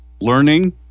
learning